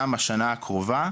גם בשנה הקרובה,